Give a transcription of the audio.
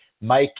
mike